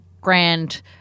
grand